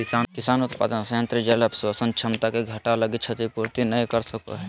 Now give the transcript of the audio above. किसान उत्पादन संयंत्र जल अवशोषण क्षमता के घटा लगी क्षतिपूर्ति नैय कर सको हइ